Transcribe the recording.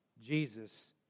Jesus